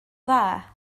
dda